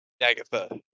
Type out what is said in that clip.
Agatha